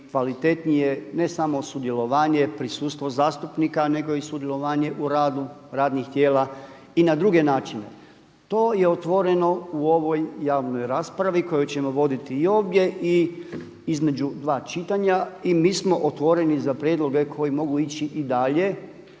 kvalitetnije ne samo sudjelovanje, prisustvo zastupnika, nego i sudjelovanje u radu radnih tijela i na druge način. To je otvoreno u ovoj javnoj raspravi koju ćemo voditi i ovdje i između dva čitanja i mi smo otvoreni za prijedloge koji mogu ići i dalje